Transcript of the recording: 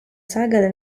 saga